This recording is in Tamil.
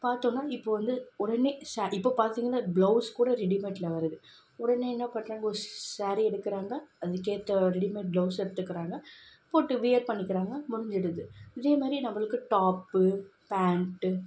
பாத்தோம்னா இப்போது வந்து உடனே ஸேரீ இப்போது பார்த்தீங்கன்னா ப்ளவுஸ் கூட ரெடிமேடில் வருது உடனே என்ன பண்ணுறாங்க ஒரு ஸாரீய எடுக்கிறாங்க அதுக்கேற்ற ரெடிமேட் ப்ளவுஸ் எடுத்துக்கிறாங்க போட்டு வியர் பண்ணிக்கிறாங்க முடிஞ்சுடுது இதேமாதிரி நம்மளுக்கு டாப்பு பேண்ட்டு